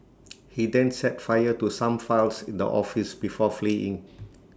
he then set fire to some files in the office before fleeing